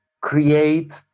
create